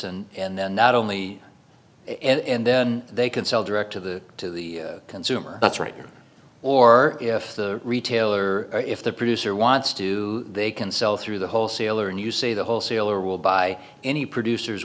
and and then not only and then they can sell direct to the to the consumer that's right or if the retailer or if the producer wants to they can sell through the wholesaler and you say the wholesaler will buy any producer